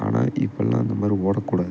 ஆனால் இப்போல்லாம் அந்த மாதிரி ஓடக்கூடாது